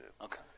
okay